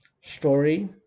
story